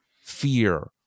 fear